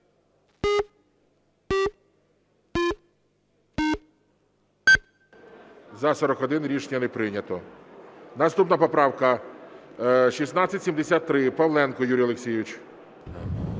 За-41 Рішення не прийнято. Наступна поправка 1673. Павленко Юрій Олексійович.